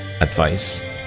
advice